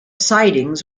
sidings